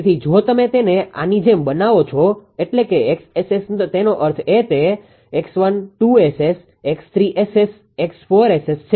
તેથી જો તમે તેને આની જેમ બનાવો છો એટલે કે 𝑋𝑆𝑆′ તેનો અર્થ તે 𝑥1 2𝑆𝑆 𝑥3𝑆𝑆 𝑥4𝑆𝑆 છે